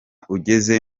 ugeze